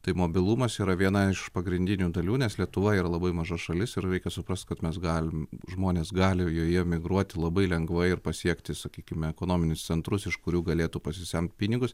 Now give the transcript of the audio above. tai mobilumas yra viena iš pagrindinių dalių nes lietuvoje yra labai maža šalis ir reikia suprast kad mes galim žmonės gali joje migruoti labai lengvai ir pasiekti sakykime ekonominius centrus iš kurių galėtų pasisemti pinigus